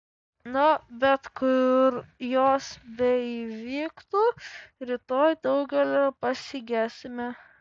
na bet kur jos beįvyktų rytoj daugelio pasigesime